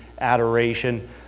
adoration